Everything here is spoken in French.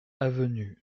avenue